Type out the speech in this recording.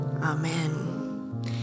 Amen